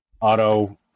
auto